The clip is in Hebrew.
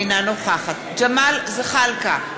אינה נוכחת ג'מאל זחאלקה,